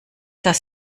das